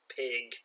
pig